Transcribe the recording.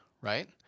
right